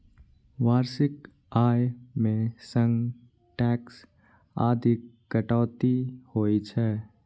वार्षिक आय मे सं टैक्स आदिक कटौती होइ छै